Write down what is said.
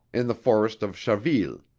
in the forest of chaville.